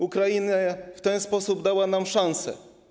Ukraina w ten sposób dała nam szansę.